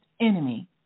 enemy